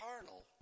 carnal